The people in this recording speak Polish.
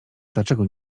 dlaczego